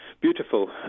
beautiful